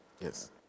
Yes